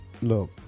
Look